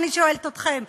אני שואלת אתכם,